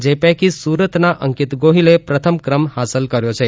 જે પૈકી સુરતના અંકિત ગોહિલે પ્રથમ ક્રમ હાંસલ કર્યો છે